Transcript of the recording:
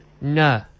no